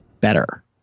better